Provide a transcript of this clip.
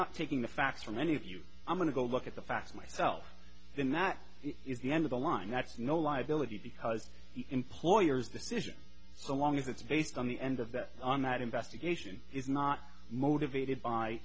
not taking the facts from any of you i'm going to go look at the facts myself then that is the end of the line that's no liability because employers decision so long as it's based on the end of that on that investigation is not motivated by